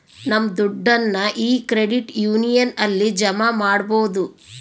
ನಮ್ ದುಡ್ಡನ್ನ ಈ ಕ್ರೆಡಿಟ್ ಯೂನಿಯನ್ ಅಲ್ಲಿ ಜಮಾ ಮಾಡ್ಬೋದು